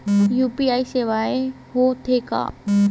UPI सेवाएं हो थे का?